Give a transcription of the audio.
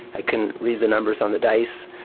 i couldn't read the numbers on the dice,